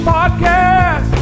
podcast